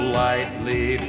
lightly